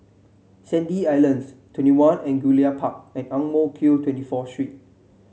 Sandy Islands Twenty One Angullia Park and Ang Mo Kio Twenty Four Street